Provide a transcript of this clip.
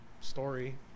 story